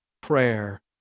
prayer